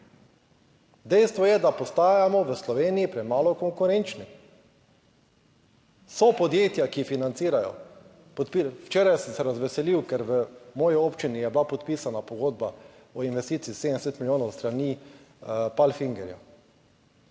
Dejstvo je, da postajamo v Sloveniji premalo konkurenčni. So podjetja, ki financirajo. Podpir... Včeraj sem se razveselil, ker v moji občini je bila podpisana pogodba o investiciji 70 milijonov s strani Palfingerja,